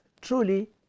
Truly